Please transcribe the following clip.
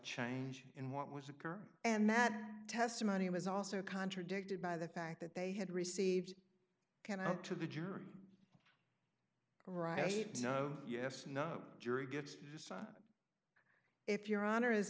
change in what was occurring and matt testimony was also contradicted by the fact that they had received ken out to the jury right no yes no jury gets to decide if your honor is